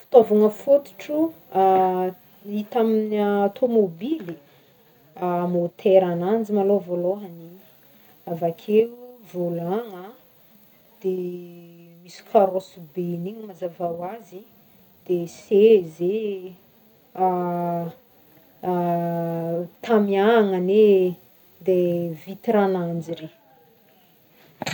Fitaovagna fôtotro hita amin'ny tômôbily, môtera agnanjy malôha vôlôhagny, avakeo vôlagna de misy carrosse be agny igny mazava hoazy, de seza e tamiagnany e, de vitre agnanjy iry.